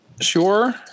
Sure